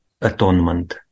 atonement